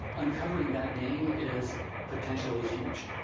uncovering that name is potentially huge.